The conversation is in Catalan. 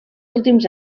últims